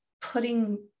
putting